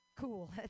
cool